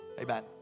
Amen